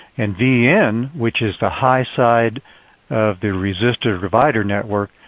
and v in, which is the high side of the resistive divider network,